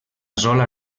sola